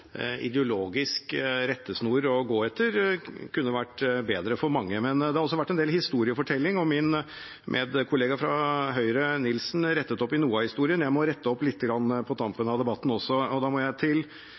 ideologisk rettesnor å gå etter kunne vært bedre for mange. Det har også vært en del historiefortelling, og min kollega fra Høyre Tom-Christer Nilsen rettet opp i noe av historien. Jeg må rette opp litt på tampen